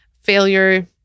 failure